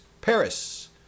Paris